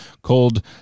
called